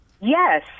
Yes